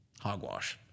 Hogwash